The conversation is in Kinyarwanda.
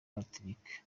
patrick